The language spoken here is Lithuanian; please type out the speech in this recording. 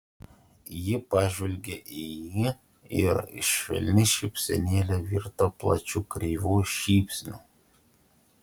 ji pažvelgė į jį ir švelni šypsenėlė virto plačiu kreivu šypsniu